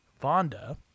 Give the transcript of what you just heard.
Vonda